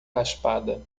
raspada